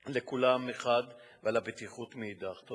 לכולם מחד גיסא ולבטיחות מאידך גיסא.